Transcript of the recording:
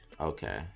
Okay